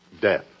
Death